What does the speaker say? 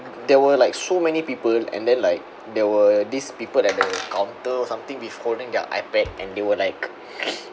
there were like so many people and then like there were these people at the counter or something with holding their ipad and they were like